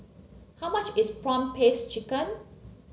how much is prawn paste chicken